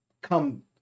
come